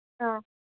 ꯑ